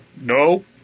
No